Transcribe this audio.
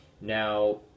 Now